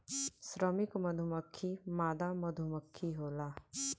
श्रमिक मधुमक्खी मादा मधुमक्खी होला